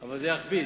אבל זה יכביד.